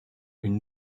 une